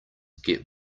get